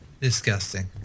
disgusting